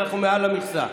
אנחנו מעל למכסה.